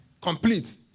Complete